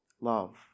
love